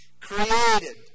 Created